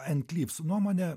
ann klyvs nuomone